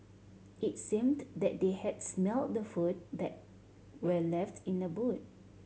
it seemed that they had smelt the food that were left in the boot